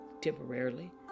temporarily